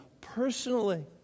personally